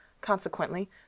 Consequently